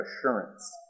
assurance